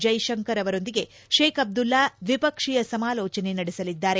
ಜೈಶಂಕರ್ ಅವರೊಂದಿಗೆ Sheikh Abdullah ದ್ವಿಪಕ್ಷೀಯ ಸಮಾಲೋಚನೆ ನಡೆಸಲಿದ್ದಾರೆ